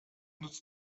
nützt